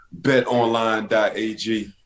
betonline.ag